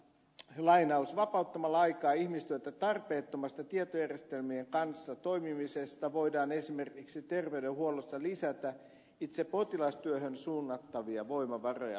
vapauttamalla aikaa ja ihmistyötä tarpeettomasta tietojärjestelmien kanssa toimimisesta voidaan esimerkiksi terveydenhuollossa lisätä itse potilastyöhön suunnattavia voimavaroja